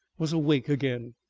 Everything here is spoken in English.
was awake again.